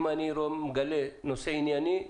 אם אני מגלה נושא ענייני,